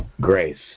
grace